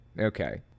Okay